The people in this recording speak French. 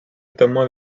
notamment